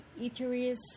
eateries